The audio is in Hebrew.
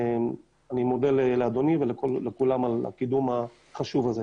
אני מודה לכולם על הקידום החשוב הה.